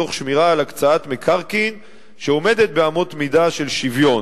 תוך שמירה על הקצאת מקרקעין שעומדת באמות מידה של שוויון: